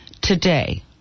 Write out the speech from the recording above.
today